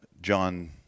John